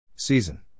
Season